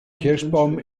kirschbaum